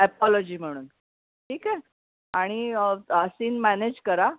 apology म्हणून ठीक आहे आणि सीन मॅनेज करा